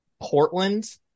Portland